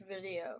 video